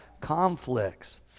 conflicts